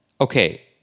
Okay